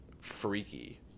freaky